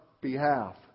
behalf